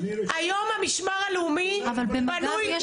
היום המשמר הלאומי --- אבל במג"ב יש גם מוסלמים.